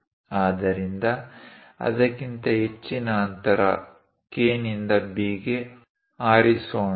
ಆದ್ದರಿಂದ ಅದಕ್ಕಿಂತ ಹೆಚ್ಚಿನ ಅಂತರ K ನಿಂದ B ಗೆ ಆರಿಸೋಣ